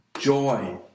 joy